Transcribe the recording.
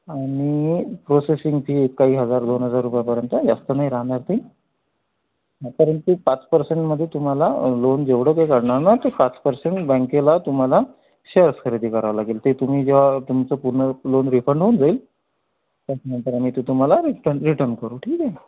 आणि processing fee काही हजार दोन हजार रुपयापर्यंत जास्त नाही राहणार ती कारण की पाच पर्सेंटमध्ये तुम्हाला लोन जेवढं काय काढणार ना ते पाच पर्सेंट बँकेला तुम्हाला शेअर्स खरेदी करावं लागेल ते तुम्ही जेव्हा तुमचं पूर्ण लोन रिफंड होऊन जाईल त्याच्यानंतर आम्ही ते तुम्हाला रिटन रिटर्न करू ठीक आहे